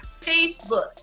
facebook